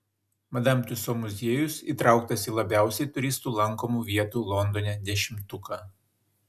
madam tiuso muziejus įtrauktas į labiausiai turistų lankomų vietų londone dešimtuką